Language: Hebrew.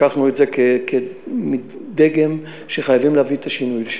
לקחנו אותה כדגם למקום שחייבים להביא את השינוי אליו,